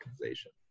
organization